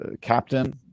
captain